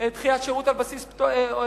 דחיית שירות על בסיס תורתו-אומנותו,